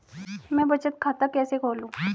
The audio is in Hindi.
मैं बचत खाता कैसे खोलूं?